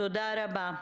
תודה רבה.